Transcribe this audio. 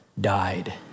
died